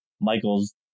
Michael's